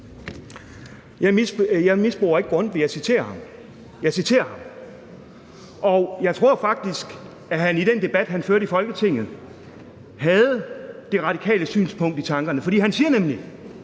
Jeg misbruger ikke Grundtvig. Jeg citerer ham. Og jeg tror faktisk, at han i den debat, han førte i Folketinget, havde det radikale synspunkt i tankerne, for han siger nemlig,